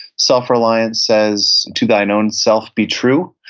self-reliance says, to thine own self be true.